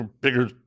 bigger